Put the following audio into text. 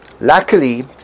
Luckily